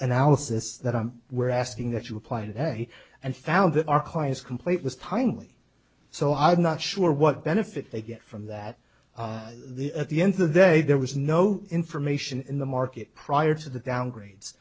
analysis that i'm we're asking that you apply today and found that our client's complaint was timely so i'm not sure what benefit they get from that the at the end of the day there was no information in the market prior to the downgrades